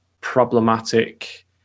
problematic